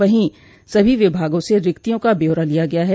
वहीं सभी विभागों से रिक्तियों का ब्यौरा लिया गया है